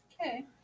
Okay